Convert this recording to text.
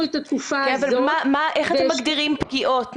איך אתם מגדירים פגיעות?